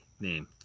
name